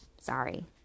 Sorry